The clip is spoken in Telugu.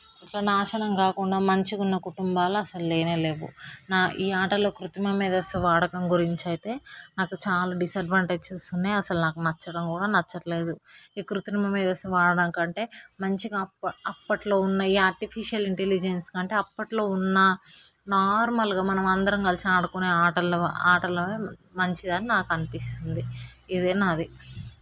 ఇట్లా నాశనం కాకుండా మంచిగా ఉన్నాం కుటుంబాలు లేనే లేవు నా ఈ ఆటల్లో కృత్తిమ మేధస్సు వాడకం గురించి అయితే నాకు చాలా డిసడ్వాంటేజెస్ ఉన్నాయి అసలు నాకు నచ్చడం కూడా నచ్చట్లేదు ఈ కృత్రిమ మేధస్సు వాడడం కంటే మంచిగా అప్ అప్పట్లో ఉన్న ఈ ఆర్టిఫిషియల్ ఇంటెలిజెన్స్ అంటే అప్పట్లో ఉన్న నార్మల్గా మనం అందరం కలిసి ఆడుకునే ఆటలు ఆటలు మంచిదని నాకు అనిపిస్తుంది ఇదే నాది